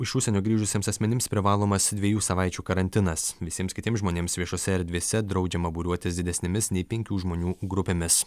iš užsienio grįžusiems asmenims privalomas dviejų savaičių karantinas visiems kitiems žmonėms viešose erdvėse draudžiama būriuotis didesnėmis nei penkių žmonių grupėmis